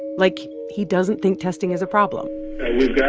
like he doesn't think testing is a problem we've yeah